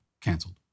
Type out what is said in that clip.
canceled